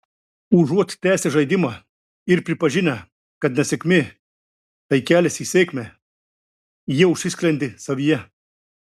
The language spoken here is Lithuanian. užuot tęsę žaidimą ir pripažinę kad nesėkmė tai kelias į sėkmę jie užsisklendė savyje